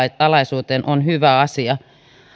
alaisuuteen on hyvä asia